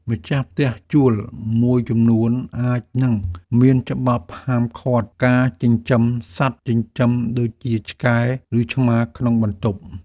ម្ចាស់ផ្ទះជួលមួយចំនួនអាចនឹងមានច្បាប់ហាមឃាត់ការចិញ្ចឹមសត្វចិញ្ចឹមដូចជាឆ្កែឬឆ្មាក្នុងបន្ទប់។